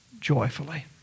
joyfully